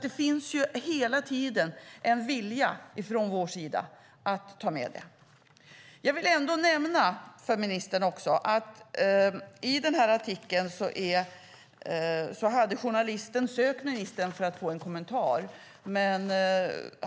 Det finns alltså hela tiden en vilja från vår sida att ta med detta. Jag vill nämna för ministern, gällande artikeln som jag talade om, att journalisten hade sökt ministern för att få en kommentar.